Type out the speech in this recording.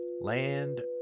land